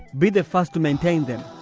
be the first to maintain them.